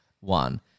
one